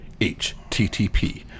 http